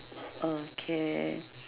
okay